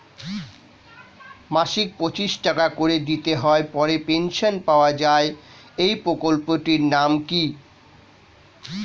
মাসিক পঁচিশ টাকা করে দিতে হয় পরে পেনশন পাওয়া যায় এই প্রকল্পে টির নাম কি?